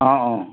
অঁ অঁ